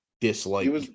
dislike